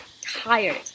tired